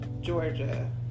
Georgia